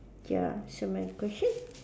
ya so my question